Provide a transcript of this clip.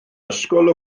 ysgol